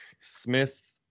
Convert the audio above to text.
Smith